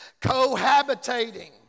cohabitating